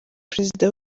perezida